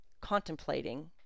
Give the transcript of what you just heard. contemplating